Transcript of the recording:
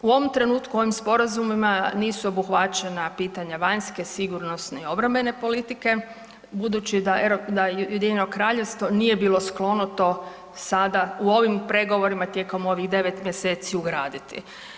U ovom trenutku, ovim sporazumima nisu obuhvaćena pitanja vanjske, sigurnosne i obrambene politike budući da UK nije bilo sklono to sada u ovim pregovorima tijekom ovih 9 mjeseci ugraditi.